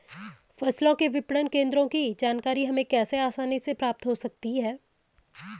फसलों के विपणन केंद्रों की जानकारी हमें कैसे आसानी से प्राप्त हो सकती?